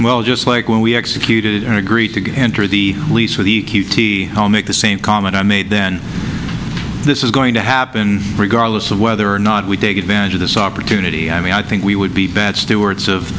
well just like when we executed and agree to enter the lease for the whole make the same comment i made then this is going to happen regardless of whether or not we take advantage of this opportunity i mean i think we would be bad stewards of